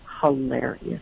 Hilarious